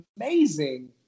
amazing